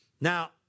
Now